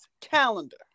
calendar